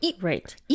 Right